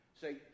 Say